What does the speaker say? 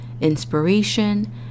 inspiration